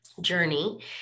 journey